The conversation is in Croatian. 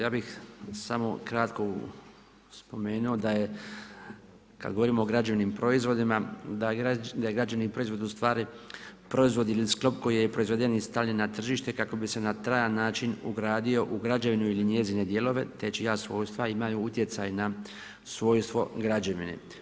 Ja bih samo kratko spomenuo da je kad govorimo o građevnim proizvodima da je građevni proizvod ustvari proizvod ili sklop koji je proizveden i stavljen na tržište kako bi se na trajan način ugradio u građevinu ili njezine dijelove te čija svojstva imaju utjecaj na svojstvo građevine.